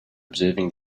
observing